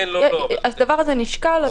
זה נשקל.